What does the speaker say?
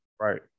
Right